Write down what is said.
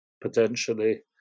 potentially